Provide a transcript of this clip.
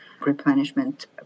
replenishment